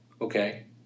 okay